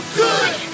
good